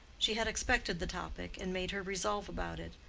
she had expected the topic, and made her resolve about it.